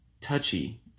touchy